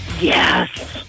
Yes